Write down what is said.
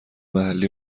محلی